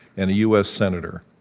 and a us senator.